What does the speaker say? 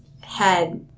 head